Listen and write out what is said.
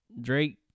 Drake